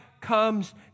comes